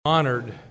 Honored